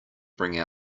bring